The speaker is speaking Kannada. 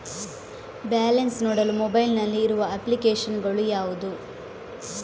ಬ್ಯಾಲೆನ್ಸ್ ನೋಡಲು ಮೊಬೈಲ್ ನಲ್ಲಿ ಇರುವ ಅಪ್ಲಿಕೇಶನ್ ಗಳು ಯಾವುವು?